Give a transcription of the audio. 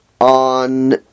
on